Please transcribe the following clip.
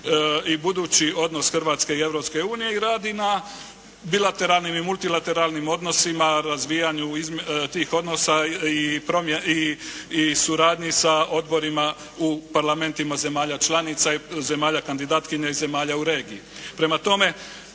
i budući odnos Hrvatske i Europske unije i radi na bilateralnim i multilateralnim odnosima, razvijanju tih odnosa i suradnji sa odborima u parlamentima zemalja članica, zemalja kandidatkinja i zemalja u regiji. Prema tome,